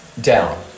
down